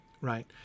right